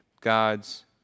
God's